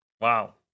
Wow